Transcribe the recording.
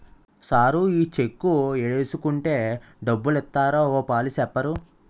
sir ఈ cheque ఏడేసుకుంటే డబ్బులిత్తారో ఓ పాలి సెప్పరూ